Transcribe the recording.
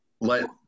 let